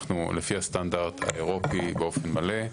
אנחנו לפי הסטנדרט האירופי באופן מלא.